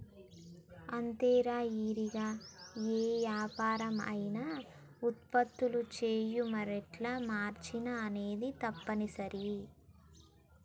అంతేలేరా ఇరిగా ఏ యాపరం అయినా ఉత్పత్తులు చేయు మారేట్ల మార్చిన అనేది తప్పనిసరి